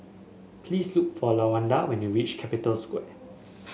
please look for Lawanda when you reach Capital Square